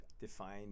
define